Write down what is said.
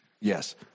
Yes